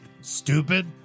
Stupid